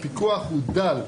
הפיקוח הוא דל.